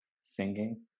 singing